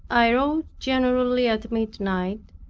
i rose generally at midnight,